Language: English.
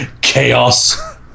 Chaos